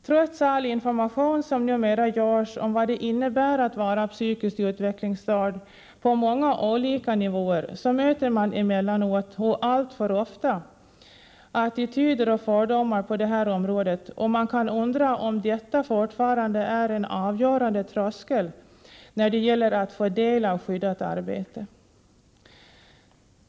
Trots all information som numera ges om vad det innebär att vara psykiskt utvecklingsstörd på många olika nivåer möter man emellanåt och alltför ofta attityder och fördomar på detta område och man kan undra om detta fortfarande är en avgörande tröskel när det gäller att få del av skyddat arbete.